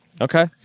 Okay